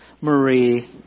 Marie